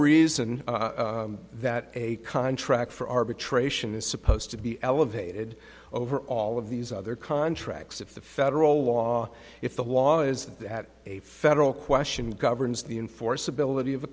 reason that a contract for arbitration is supposed to be elevated over all of these other contracts if the federal law if the law is that a federal question governs the enforceability of a